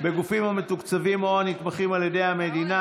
בגופים המתוקצבים או הנתמכים על ידי המדינה),